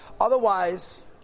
Otherwise